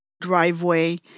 driveway